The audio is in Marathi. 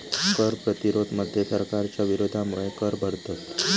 कर प्रतिरोध मध्ये सरकारच्या विरोधामुळे कर भरतत